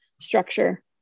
structure